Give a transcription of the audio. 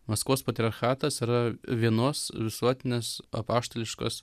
maskvos patriarchatas yra vienos visuotinės apaštališkos